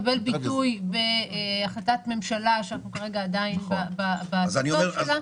הדבר הזה יקבל ביטוי בהחלטת ממשלה שאנחנו כרגע עדיין בטיוטות שלה.